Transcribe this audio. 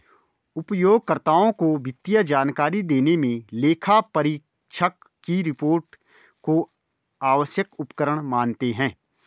उपयोगकर्ताओं को वित्तीय जानकारी देने मे लेखापरीक्षक की रिपोर्ट को आवश्यक उपकरण मानते हैं